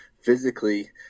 physically